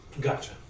Gotcha